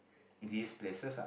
these places ah